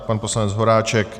Pan poslanec Horáček?